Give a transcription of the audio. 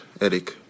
Eric